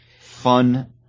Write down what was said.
fun